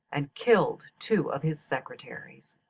and killed two of his secretaries.